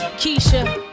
Keisha